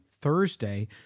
Thursday